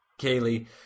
Kaylee